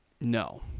no